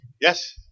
Yes